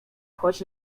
choć